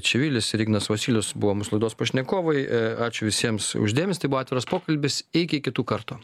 čivilis ir ignas vosylius buvo mūsų laidos pašnekovai ačiū visiems už dėmesį tai buvo atviras pokalbis iki kitų kartų